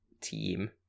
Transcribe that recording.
team